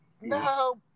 No